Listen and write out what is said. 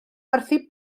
werthu